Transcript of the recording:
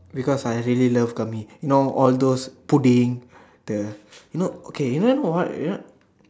because I actually love gummy you know all those pudding the you know okay you know what